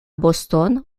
boston